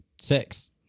six